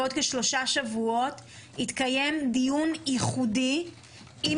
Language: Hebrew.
בעוד כשלושה שבועות יתקיים דיון ייחודי עם